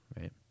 right